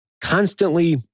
constantly